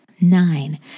Nine